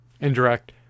indirect